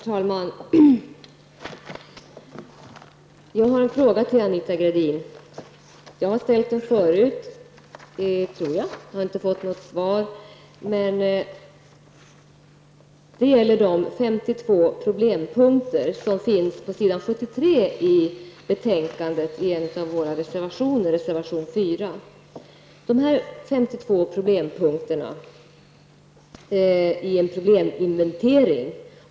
Herr talman! Jag har en fråga till Anita Gradin. Jag har ställt frågan tidigare, men jag har inte fått något svar. Den gäller de 52 problempunkter som framgår av reservation 4 i betänkandet. Dessa 52 punkter har genomgått en probleminventering.